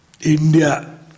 India